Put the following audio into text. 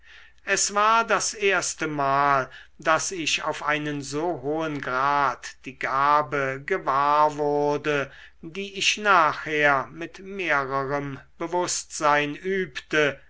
es war das erstemal daß ich auf einen so hohen grad die gabe gewahr wurde die ich nachher mit mehrerem bewußtsein übte